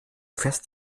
fest